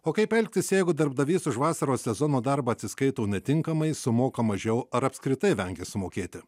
o kaip elgtis jeigu darbdavys už vasaros sezono darbą atsiskaito netinkamai sumoka mažiau ar apskritai vengia sumokėti